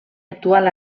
actual